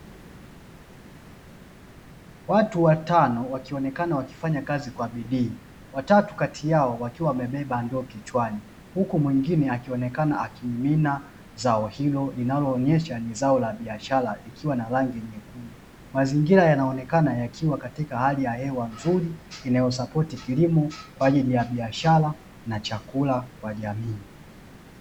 Watu watano wakionekana wakifanya kazi kwa bidii, watatu kati yao wakiwa wamebeba ndoo kichwani. Huku mwingine akionekana akimimina zao hilo linaloonyesha ni zao la biashara likiwa na rangi nyekundu. Mazingira yanaonekana yakiwa katika hali ya hewa nzuri, inayosapoti kilimo, kwa ajili ya biashara na chakula kwa jamii.